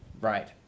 Right